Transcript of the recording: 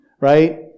right